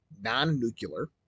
non-nuclear